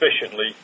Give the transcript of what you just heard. efficiently